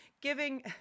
giving